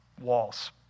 walls